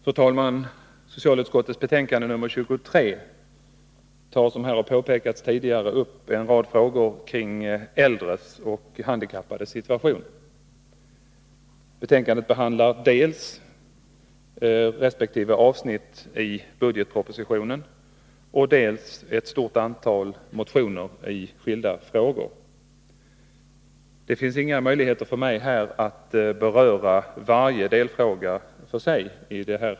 Fru talman! I socialutskottets betänkande 23 tas, som här tidigare påpekats, upp en rad frågor kring äldres och handikappades situation. I betänkandet behandlas dels resp. avsnitt i budgetpropositionen, dels ett stort antal motioner i skilda frågor. Det finns inga möjligheter för mig att i detta anförande beröra varje delfråga för sig.